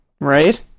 right